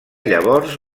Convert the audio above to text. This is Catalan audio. llavors